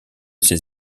ses